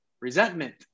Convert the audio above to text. resentment